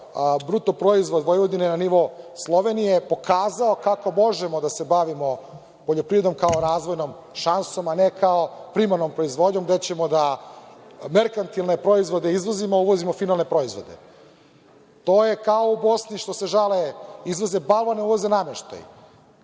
bruto proizvod Vojvodine na nivo Slovenije, pokazao kako možemo da se bavimo poljoprivredom kao razvojnom šansom, a ne kao primarnom proizvodnjom, gde ćemo da merkantilne proizvode izvozimo a uvozimo finalne proizvode. To je kao u Bosni što se žale – izvoze balvan, a uvoze nameštaj.